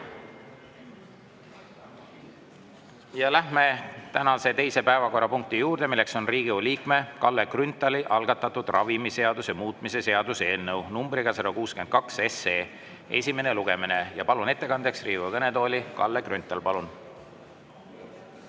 Läheme tänase teise päevakorrapunkti juurde, milleks on Riigikogu liikme Kalle Grünthali algatatud ravimiseaduse muutmise seaduse eelnõu 162 esimene lugemine. Palun ettekandeks Riigikogu kõnetooli Kalle Grünthali. Palun!